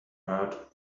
hurt